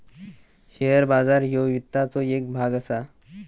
share बाजार ह्यो वित्ताचो येक भाग असा